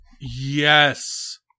Yes